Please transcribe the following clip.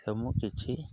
ସେ ମୁଁ କିଛି